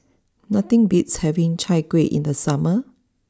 nothing beats having Chai Kueh in the summer